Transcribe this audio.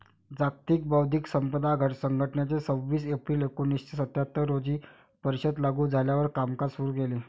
जागतिक बौद्धिक संपदा संघटनेने सव्वीस एप्रिल एकोणीसशे सत्याहत्तर रोजी परिषद लागू झाल्यावर कामकाज सुरू केले